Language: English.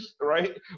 right